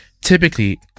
Typically